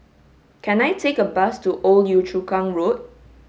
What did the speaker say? can I take a bus to Old Yio Chu Kang Road